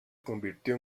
convirtió